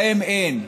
להם אין.